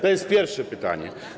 To jest pierwsze pytanie.